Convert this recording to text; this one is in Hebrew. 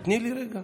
תני לי רגע,